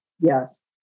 Yes